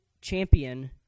champion